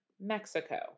mexico